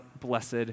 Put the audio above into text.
blessed